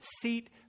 seat